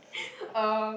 uh